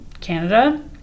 Canada